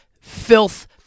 filth